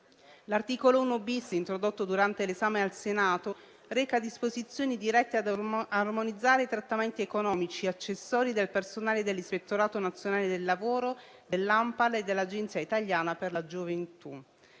L'articolo 1-*bis*, introdotto durante l'esame al Senato, reca disposizioni dirette ad armonizzare i trattamenti economici e accessori del personale dell'Ispettorato nazionale del lavoro, dell'ANPAL e dell'Agenzia italiana per la gioventù.